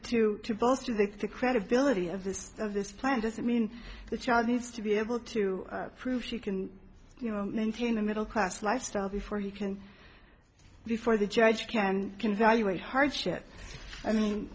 to to both take the credibility of this of this plan does it mean the child needs to be able to prove he can you know maintain a middle class lifestyle before he can before the judge can can value a hardship i mean